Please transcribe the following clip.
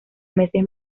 meses